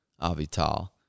Avital